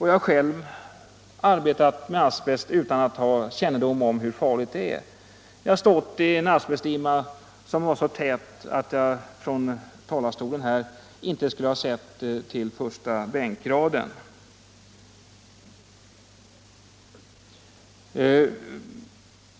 Jag har själv arbetat med asbest utan att ha kännedom om hur farlig den är och jag har stått i en asbestdimma som var så tät, att jag från talarstolen här inte skulle ha sett till första bänkraden.